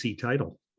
title